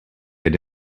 had